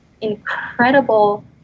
incredible